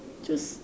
just